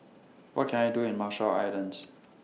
What Can I Do in Marshall Islands